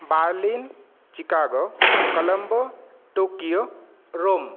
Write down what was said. Berlin Chicago Colombo Tokyo Rome